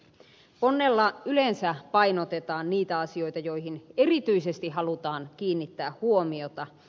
ponnella yleensä painotetaan niitä asioita joihin erityisesti halutaan kiinnittää huomiota